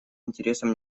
интересам